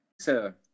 sir